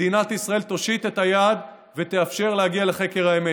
מדינת ישראל תושיט את היד ותאפשר להגיע לחקר האמת.